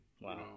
Wow